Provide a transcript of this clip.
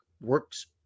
works